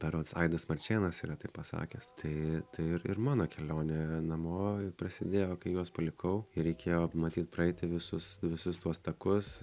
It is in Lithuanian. berods aidas marčėnas yra taip pasakęs tai ir ir mano kelionė namo prasidėjo kai juos palikau ir reikėjo matyt praeiti visus visus tuos takus